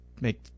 make